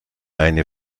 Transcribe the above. eine